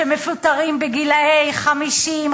שמפוטרים בגיל 50,